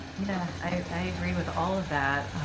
yeah i agree with all of that.